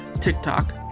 tiktok